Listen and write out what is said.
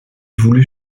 voulu